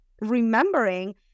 remembering